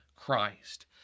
Christ